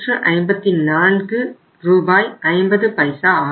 5 ரூபாய் ஆகும்